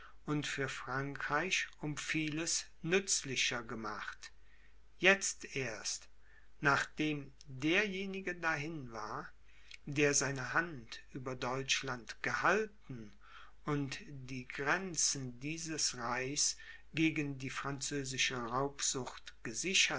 und für frankreich um vieles nützlicher gemacht jetzt erst nachdem derjenige dahin war der seine hand über deutschland gehalten und die grenzen dieses reichs gegen die französische raubsucht gesichert